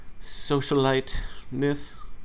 socialite-ness